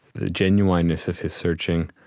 the genuineness of his searching,